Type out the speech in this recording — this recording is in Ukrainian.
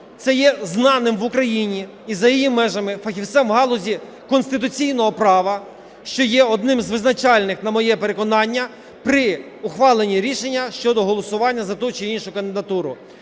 це є знаним в Україні і за її межами фахівцем в галузі конституційного права, що є одним з визначальних, на моє переконання, при ухваленні рішення щодо голосування за ту чи іншу кандидатури,